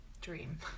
Dream